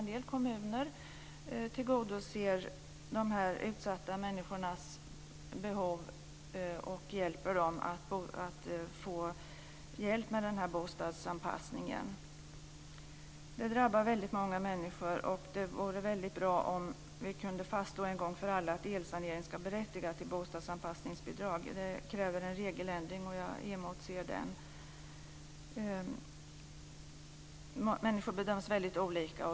En del kommuner tillgodoser de utsatta människornas behov och hjälper dem med bostadsanpassningen. Detta är något som drabbar väldigt många människor. Det vore väldigt bra om vi en gång för alla kunde fastslå att elsanering ska berättiga till bostadsanpassningsbidrag. Det kräver en regeländring, och jag emotser den. Människor bedöms väldigt olika.